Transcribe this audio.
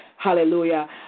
Hallelujah